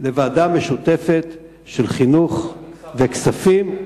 לוועדה משותפת של חינוך וכספים.